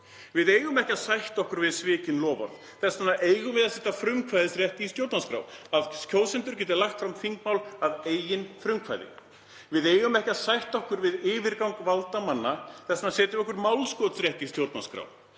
Við eigum ekki að sætta okkur við svikin loforð og þess vegna eigum við að setja frumkvæðisrétt í stjórnarskrá, að kjósendur geti lagt fram þingmál að eigin frumkvæði. Við eigum ekki að sætta okkur við yfirgang valdamanna, þess vegna setjum við málskotsrétt í stjórnarskrá.